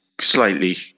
slightly